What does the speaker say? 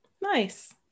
Nice